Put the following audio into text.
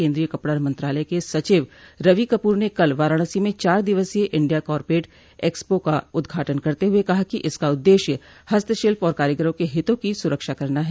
केन्द्रीय कपड़ा मंत्रालय के सचिव रवि कपूर ने कल वाराणसी में चार दिवसीय इंडिया कारपेट एक्सपो का उद्घाटन करते हुए कहा कि इसका उद्देश्य हस्तशिल्प और कारोगरों के हितों की सुरक्षा करना है